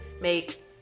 make